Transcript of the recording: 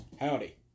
Howdy